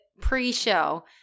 pre-show